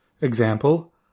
example